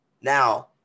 Now